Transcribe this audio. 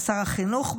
שר החינוך,